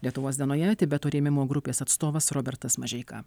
lietuvos dienoje tibeto rėmimo grupės atstovas robertas mažeika